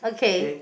okay